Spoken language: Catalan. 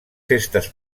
festes